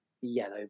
yellow